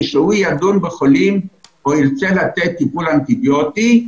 כשהוא ידון בחולים או ירצה לתת טיפול אנטיביוטי,